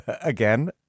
again